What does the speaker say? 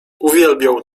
uwielbiał